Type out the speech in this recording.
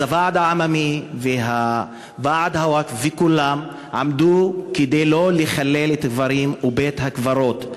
אז הוועד העממי וועד הווקף וכולם עמדו כדי לא לחלל קברים ובית-קברות.